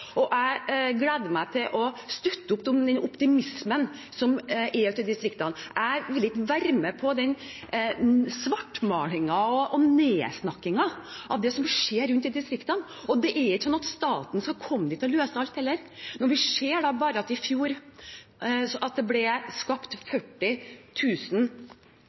Jeg gleder meg til å støtte opp om den optimismen som er ute i distriktene. Jeg vil ikke være med på den svartmalingen og nedsnakkingen av det som skjer rundt i distriktene. Det er heller ikke sånn at staten skal komme dit og løse alt. Vi ser at bare i fjor ble det skapt 40 000 arbeidsplasser i privat sektor. Det